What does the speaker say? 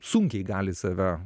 sunkiai gali save